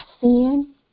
sin